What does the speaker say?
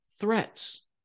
threats